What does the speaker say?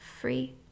free